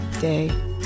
day